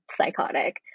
psychotic